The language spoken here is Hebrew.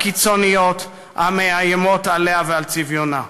הקיצוניות, המאיימות עליה ועל צביונה.